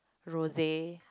rose